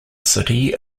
city